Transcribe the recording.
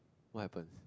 what happen